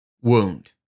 wound